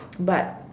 but